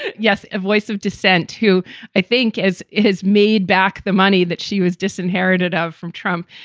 yes, a voice of dissent who i think is is made back the money that she was disinherited of from trump.